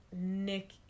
Nick